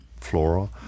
flora